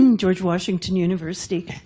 and george washington university.